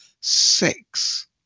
six